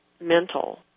mental